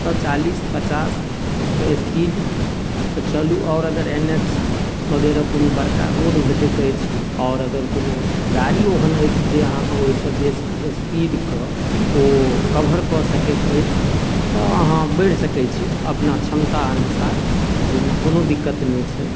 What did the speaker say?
तऽ चालिस पचासके स्पीडसँ चलू आओर अगर एन एच वगैरह कोनो बड़का रोड भेटैत अछि आओर अगर कोनो गाड़ी ओहन अछि जे अहाँके ओहिसँ बेसी स्पीडके ओ कवर कऽ सकैत अछि तऽ अहाँ बढ़ि सकै छी अपना क्षमता अनुसार ओहिमे कोनो दिक्कत नहि छै